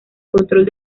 control